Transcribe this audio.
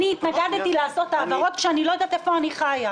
אני התנגדתי לעשות את ההעברות כשאני לא יודעת איפה אני חייה.